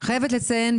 אני חייבת לצין,